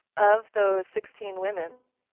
of those sixteen women